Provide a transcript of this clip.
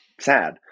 Sad